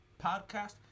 Podcast